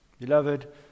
Beloved